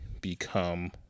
become